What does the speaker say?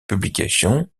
publications